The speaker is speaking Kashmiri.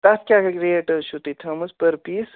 تَتھ کیٛاہ ہِیٛو ریٹ حظ چھِ تۄہہِ تھٲومٕژ پٔر پیٖس